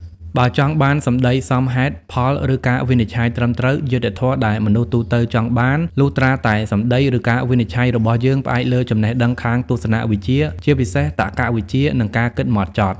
បើចង់បានសម្ដីសមហេតុផលឬការវិនិច្ឆ័យត្រឹមត្រូវ យុត្តិធម៌ដែលមនុស្សទូទៅចង់បាន លុះត្រាតែសម្ដី ឬការវិនិច្ឆ័យរបស់យើងផ្អែកលើចំណេះដឹងខាងទស្សនវិជ្ជា ជាពិសេស តក្កវិជ្ជា និងការគិតហ្មត់ចត់។